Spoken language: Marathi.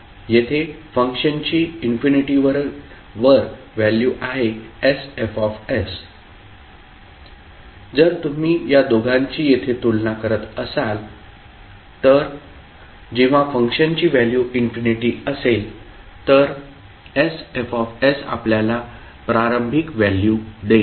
येथे फंक्शनची इन्फिनिटीवर व्हॅल्यू आहे sFs जर तुम्ही या दोघांची येथे तुलना करत असाल तर जेव्हा फंक्शनची व्हॅल्यू इन्फिनिटी असेल तर sFs आपल्याला प्रारंभिक व्हॅल्यू देईल